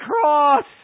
cross